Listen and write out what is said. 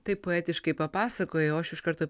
taip poetiškai papasakojo aš iš karto